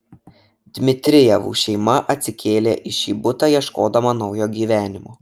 dmitrijevų šeima atsikėlė į šį butą ieškodama naujo gyvenimo